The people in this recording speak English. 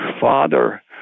father